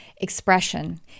expression